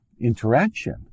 interaction